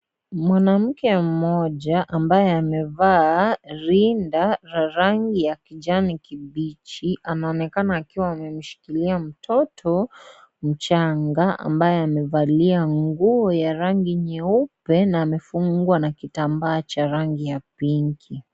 Mwanamke mmoja, ambaye amevaa rinda la rangi ya kijani kibichi. Anaonekana akiwa amemshikilia mtoto mchanga, ambaye amevalia nguo ya rangi nyeupe na amefungwa na kitambaa cha rangi ya pinki.